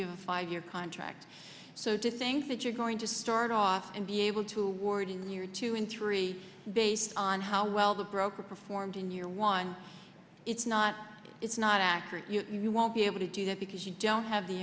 your five year contract so to think that you're going to start off and be able to ward in your two and three based on how well the broker performed in your one it's not it's not accurate you won't be able to do that because you don't have the